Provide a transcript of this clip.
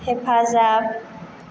हेफाजाब